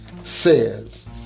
says